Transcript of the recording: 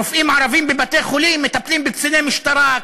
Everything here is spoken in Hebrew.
רופאים ערבים בבתי-חולים מטפלים בקציני משטרה,